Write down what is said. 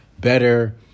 better